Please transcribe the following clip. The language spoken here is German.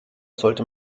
sollte